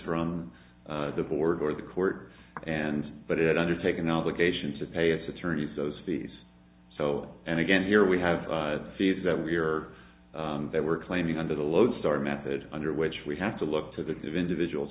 from the board or the court and but it undertake an obligation to pay its attorneys those fees so and again here we have fees that we are that we're claiming under the lodestar method under which we have to look to the give individual